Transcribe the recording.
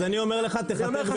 אז אני אומר לך שתכתב גם אותי.